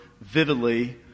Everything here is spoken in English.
vividly